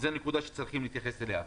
זאת נקודה שצריכים להתייחס אליה.